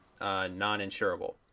non-insurable